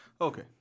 Okay